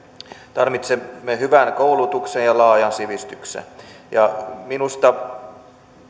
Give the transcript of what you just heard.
tarvitsemme hyvän koulutuksen ja laajan sivistyksen ja minusta